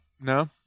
No